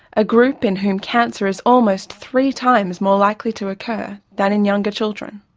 a group in whom cancer is almost three times more likely to occur than in younger children.